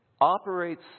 operates